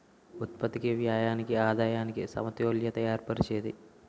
ఉత్పత్తికి వ్యయానికి ఆదాయానికి సమతుల్యత ఏర్పరిచేది